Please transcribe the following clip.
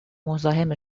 مزاحم